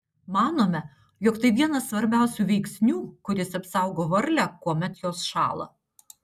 manome jog tai vienas svarbiausių veiksnių kuris apsaugo varlę kuomet jos šąla